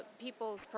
people's